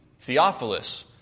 Theophilus